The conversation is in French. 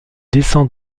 descend